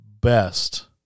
best